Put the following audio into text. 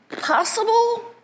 possible